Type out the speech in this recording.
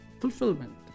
fulfillment